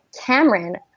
Cameron